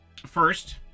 First